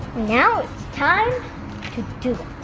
now it's time to do it!